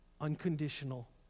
unconditional